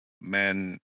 men